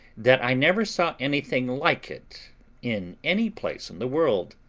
that i never saw anything like it in any place in the world.